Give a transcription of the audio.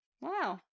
Wow